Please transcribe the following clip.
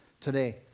today